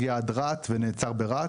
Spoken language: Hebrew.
הגיע עד רהט ונעצר ברהט,